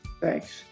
Thanks